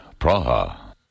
Praha